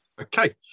Okay